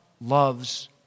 loves